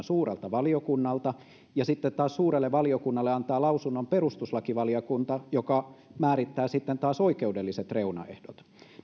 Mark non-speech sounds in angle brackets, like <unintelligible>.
<unintelligible> suurelta valiokunnalta ja sitten taas suurelle valiokunnalle antaa lausunnon perustuslakivaliokunta joka määrittää sitten taas oikeudelliset reunaehdot